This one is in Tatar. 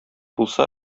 булса